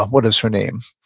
what is her name?